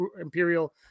imperial